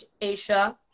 Asia